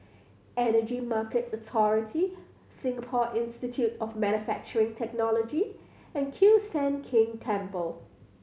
Energy Market Authority Singapore Institute of Manufacturing Technology and Kiew Sian King Temple